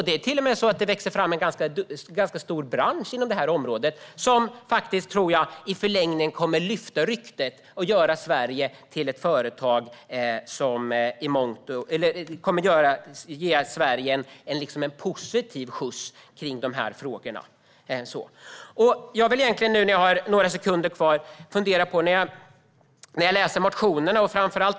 Det är till och med så att det växer fram en ganska stor bransch inom detta område, vilket jag i förlängningen tror kommer att "lyfta ryktet" och ge Sverige en positiv skjuts i de här frågorna. När jag nu har några sekunder kvar av min talartid vill jag kommentera de borgerliga partiernas motioner.